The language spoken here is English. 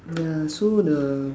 ya so the